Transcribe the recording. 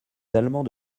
allemands